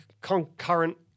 concurrent